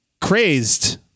crazed